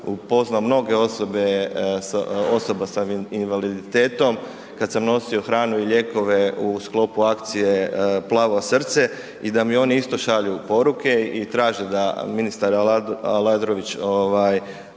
upoznao mnoge osobe sa, osoba sa invaliditetom kad sam nosio hranu i lijekove u sklopu akcije Plavo srce i da mi oni isto šalju poruke i traže da ministar Aladrović